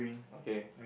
okay